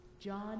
John